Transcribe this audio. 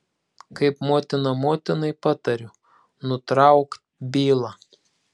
kaip motina motinai patariu nutrauk bylą